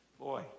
Boy